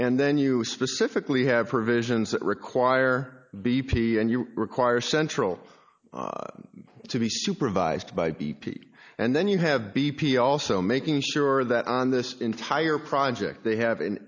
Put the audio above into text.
and then you specifically have provisions that require b p and you require central to be supervised by b p and then you have b p also making sure that on this entire project they have an